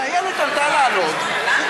ואיילת עלתה לענות,